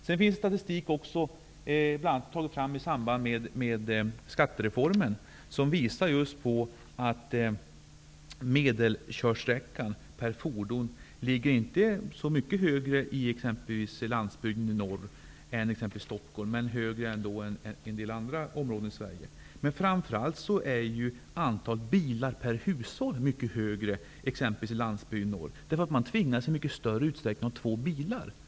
Det har även tagits fram statistik bl.a. i samband med att skattereformen genomfördes. Den visar att medelkörsträckan per fordon inte är så mycket längre på exempelvis landsbygden i norr än i exempelvis Stockholm, men den är ändå längre än i en del andra områden i Sverige. Men framför allt är antalet bilar per hushåll mycket större på exempelvis landsbygden i norr, därför att man i mycket större utsträckning tvingas ha två bilar.